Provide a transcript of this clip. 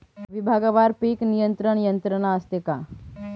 विभागवार पीक नियंत्रण यंत्रणा असते का?